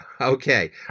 Okay